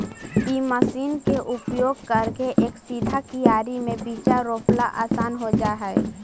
इ मशीन के उपयोग करके एक सीधा कियारी में बीचा रोपला असान हो जा हई